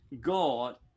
God